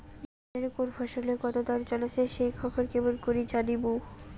বাজারে কুন ফসলের কতো দাম চলেসে সেই খবর কেমন করি জানীমু?